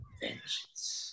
Vengeance